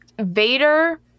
Vader